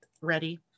ready